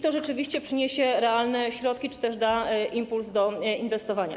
To rzeczywiście przyniesie realne środki czy też da impuls do inwestowania.